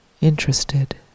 Interested